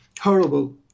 horrible